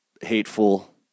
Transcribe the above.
hateful